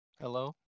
Hello